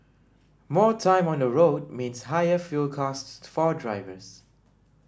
more time on the road means higher fuel costs for drivers